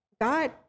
God